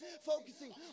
focusing